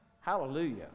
Hallelujah